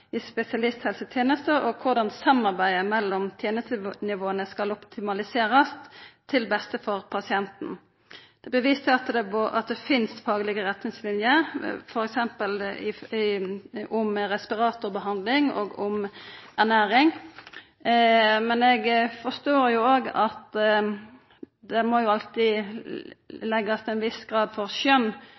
i spesialisthelsetenesta, og korleis samarbeidet mellom tenestenivåa skal optimaliserast til beste for pasienten. Det blir vist til at det finst faglege retningslinjer f.eks. om respiratorbehandling og om ernæring, men eg forstår òg at det alltid må leggjast ein viss grad av skjønn til grunn når ein skal vurdera dei faglege retningslinjene opp mot kvar enkelt pasient, og at det